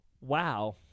Wow